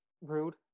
rude